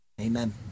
Amen